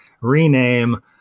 rename